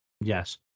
Yes